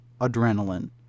adrenaline